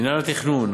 מינהל התכנון,